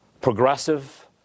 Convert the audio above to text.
progressive